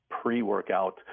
pre-workout